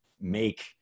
make